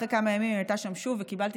אחרי כמה ימים היא הייתה שם שוב וקיבלתי